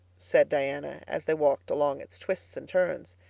said diana, as they walked along its twists and turns.